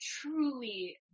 truly